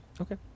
okay